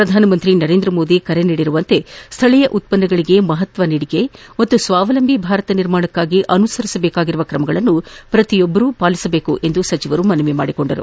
ಪ್ರಧಾನಮಂತ್ರಿ ನರೇಂದ್ರ ಮೋದಿ ಕರೆ ನೀಡಿರುವಂತೆ ಸ್ಥಳೀಯ ಉತ್ಪನ್ನಗಳಿಗೆ ಮಹತ್ವ ನೀಡಿಕೆ ಹಾಗೂ ಸ್ವಾವಲಂಬಿ ಭಾರತ ನಿರ್ಮಾಣಕ್ಕೆ ಅನುಸರಿಸಬೇಕಾಗಿರುವ ಕ್ರಮಗಳನ್ನು ಪ್ರತಿಯೊಬ್ಬರೂ ಪಾಲಿಸಬೇಕು ಎಂದು ಸಚಿವರು ಮನವಿ ಮಾಡಿದರು